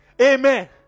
Amen